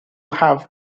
have